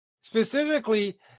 specifically